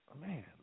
man